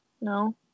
no